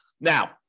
Now